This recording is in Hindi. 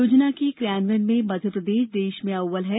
योजना के क्रियान्वयन में मध्यप्रदेश देश में अव्वल है